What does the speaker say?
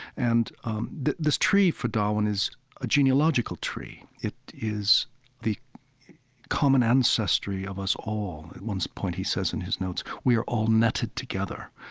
and um this tree, for darwin, is a genealogical tree. it is the common ancestry of us all. at one point he says in his notes, we are all netted together.